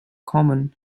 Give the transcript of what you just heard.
common